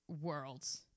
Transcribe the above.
worlds